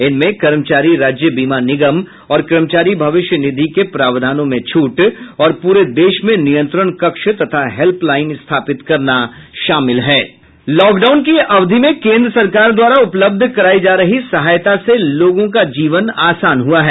इनमें कर्मचारी राज्य बीमा निगम और कर्मचारी भविष्य निधि के प्रावधानों में छूट और पूरे देश में नियंत्रण कक्ष तथा हेल्पलाइन स्थापित करना शामिल हैं लॉकडाउन की अवधि में केन्द्र सरकार द्वारा उपलब्ध करायी जा रही सहायता से लोगों का जीवन आसान हुआ है